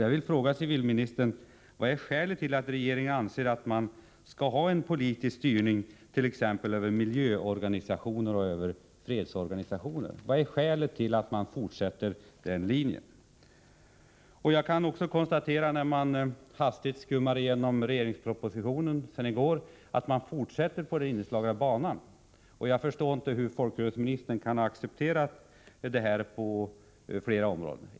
Efter att hastigt ha skummat igenom budgetpropositionen från i går kan jag konstatera att regeringen fortsätter på den inslagna vägen. Jag förstår inte hur folkrörelseministern kan acceptera detta — det sker på flera områden.